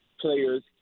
players